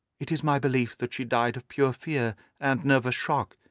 it is my belief that she died of pure fear and nervous shock,